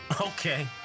Okay